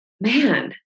man